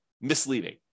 misleading